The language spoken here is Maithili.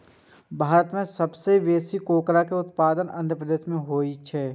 भारत मे सबसं बेसी कोकोआ के उत्पादन आंध्र प्रदेश मे होइ छै